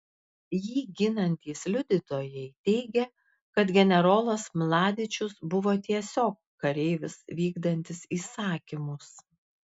jį ginantys liudytojai teigia kad generolas mladičius buvo tiesiog kareivis vykdantis įsakymus